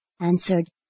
answered